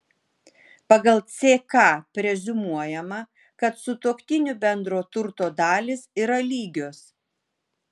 pagal ck preziumuojama kad sutuoktinių bendro turto dalys yra lygios